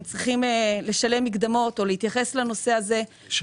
לשלם מקדמות או להתייחס לנושא הזה,